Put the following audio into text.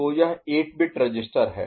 तो यह 8 bit register है